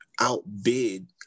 outbid